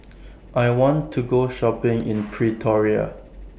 I want to Go Shopping in Pretoria